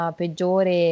peggiore